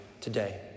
today